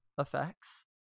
effects